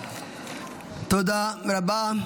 תודה רבה.